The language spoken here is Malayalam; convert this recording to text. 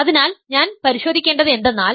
അതിനാൽ ഞാൻ പരിശോധിക്കേണ്ടത് എന്തെന്നാൽ